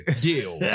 deal